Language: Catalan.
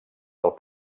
del